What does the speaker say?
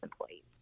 employees